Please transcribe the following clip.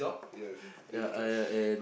yes then he catch